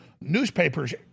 newspapers